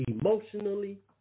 emotionally